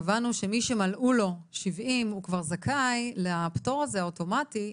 קבענו שמי שמלאו לו 70 הוא כבר זכאי לפטור הזה האוטומטי,